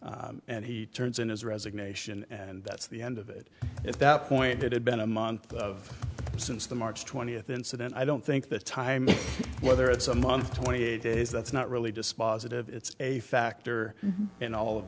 chance and he turns in his resignation and that's the end of it at that point it had been a month of since the march twentieth incident i don't think the time whether it's a month twenty eight days that's not really dispositive it's a factor in all of